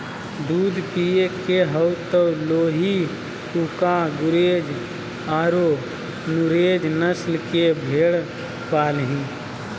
दूध पिये के हाउ त लोही, कूका, गुरेज औरो नुरेज नस्ल के भेड़ पालीहीं